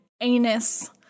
anus